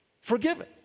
forgiven